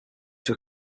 were